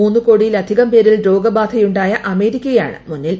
മൂന്നു കോടിയിലധികം പേരിൽ രോഗബാധയുണ്ടായ അമേരിക്കയാണ് മുന്നിൽ